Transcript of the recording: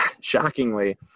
shockingly